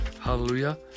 Hallelujah